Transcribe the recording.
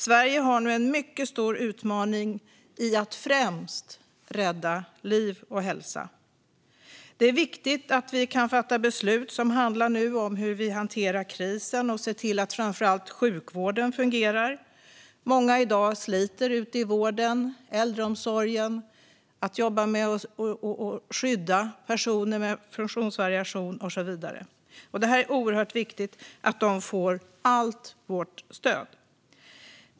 Sverige har nu en mycket stor utmaning i att främst rädda liv och hälsa. Det är viktigt att vi kan fatta beslut som handlar om att hantera krisen och se till att framför allt sjukvården fungerar. Många sliter i dag i vården och i äldreomsorgen, med att skydda personer med funktionsvariationer och så vidare. Det är oerhört viktigt att de får allt vårt stöd.